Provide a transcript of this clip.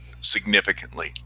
significantly